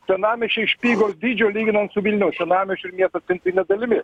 senamiesčiai špygos dydžio lyginant su vilniaus senamiesčiu ir miesto centrine dalimi